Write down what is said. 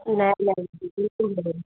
न न बिल्कुलु न